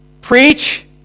Preach